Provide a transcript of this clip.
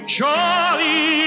Charlie